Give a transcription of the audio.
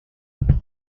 voce